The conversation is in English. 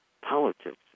politics